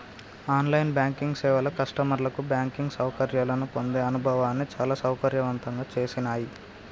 on line banking సేవలు కస్టమర్లకు banking సౌకర్యాలను పొందే అనుభవాన్ని చాలా సౌకర్యవంతంగా చేసినాయ్